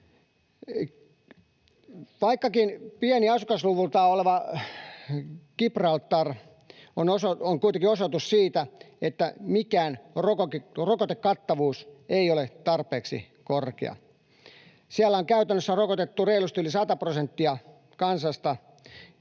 rokottamattomia!] Asukasluvultaan pieni Gibraltar on kuitenkin osoitus siitä, että mikään rokotekattavuus ei ole tarpeeksi korkea. Siellä on käytännössä rokotettu reilusti yli 100 prosenttia kansasta.